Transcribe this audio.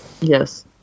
yes